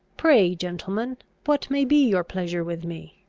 pray, gentlemen, what may be your pleasure with me?